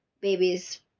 babies